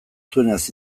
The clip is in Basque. zuenaz